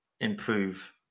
improve